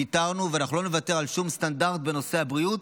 ויתרנו ואנחנו לא נוותר על שום סטנדרט בנושא הבריאות.